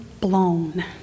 blown